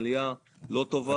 עלייה לא טובה.